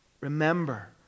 Remember